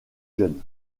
jeune